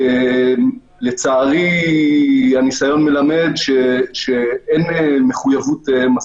לצערי, הניסיון מלמד שאין מספיק מחויבות.